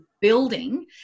building